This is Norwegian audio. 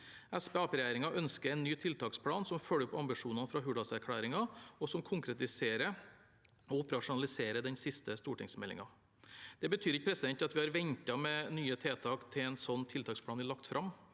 Arbeiderparti-regjeringen ønsker en ny tiltaksplan som følger opp ambisjonene fra Hurdalserklæringen, og som konkretiserer og operasjonaliserer den siste stortingsmeldingen. Det betyr ikke at vi har ventet med nye tiltak til en sånn tiltaksplan blir lagt fram.